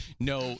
no